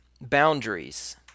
boundaries